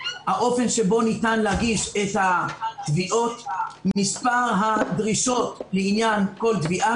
האופן שבו ניתן להגיש את התביעות ומספר הדרישות לעניין כל תביעה.